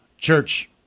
church